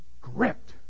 gripped